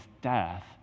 death